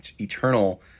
eternal